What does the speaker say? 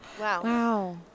wow